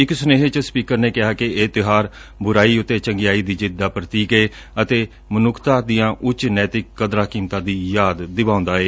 ਇਕ ਸੁਨੇਹੇ ਚ ਸਪੀਕਰ ਨੇ ਕਿਹਾ ਕਿ ਇਹ ਤਿਉਹਾਰ ਬੁਰਾਈ ਤੇ ਚੰਗਿਆਈ ਦੀ ਜਿੱਤ ਦਾ ਪ੍ਰਤੀਕ ਏ ਅਤੇ ਮਨੁੱਖਤਾ ਦੀਆਂ ਉੱਚ ਨੈਤਿਕ ਕਦਰਾਂ ਕੀਮਤਾਂ ਦੀ ਯਾਦ ਦਿਵਾਉਂਦਾ ਏ